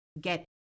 get